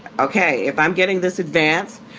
ok, if i'm getting this advance.